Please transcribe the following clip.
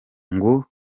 ngo